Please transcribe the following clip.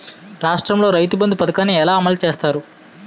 రాష్ట్రంలో రైతుబంధు పథకాన్ని ఎలా అమలు చేస్తారు?